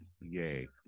yay